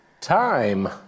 Time